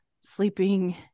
sleeping